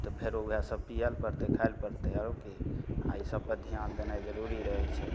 तऽ फेरो ओहए सब पिअ लऽ पड़तै खाइ लऽ पड़तै आरो की आ ईसब पर ध्यान देनाए जरुरी रहै छै